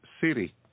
city